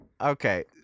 Okay